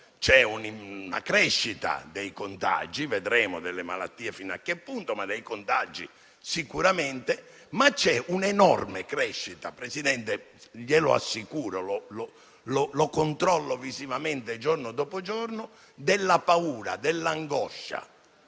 c'è una crescita dei contagi - vedremo fino a che punto delle malattie, ma dei contagi sicuramente - ma c'è anche un enorme crescita - Presidente, glielo assicuro, lo controllo visivamente giorno dopo giorno della paura e dell'angoscia.